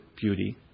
beauty